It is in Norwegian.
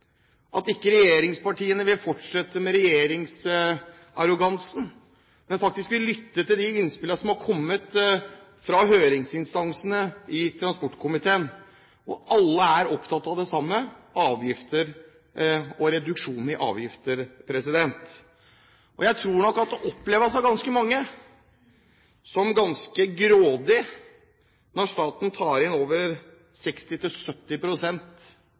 at ikke regjeringspartiene vil fortsette med regjeringsarrogansen, men faktisk lytte til de innspillene som er kommet fra høringsinstansene i transportkomiteen. Alle er opptatt av det samme: avgifter og reduksjon i avgifter. Jeg tror nok at det oppleves av ganske mange som ganske grådig når staten tar inn over